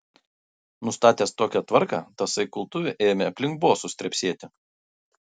nustatęs tokią tvarką tasai kultuvė ėmė aplink bosus trepsėti